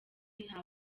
nta